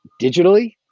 digitally